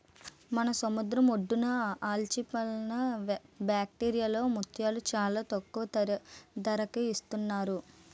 మన సముద్రం ఒడ్డున ఆల్చిప్పల ఫ్యాక్టరీలో ముత్యాలు చాలా తక్కువ ధరకే ఇస్తున్నారు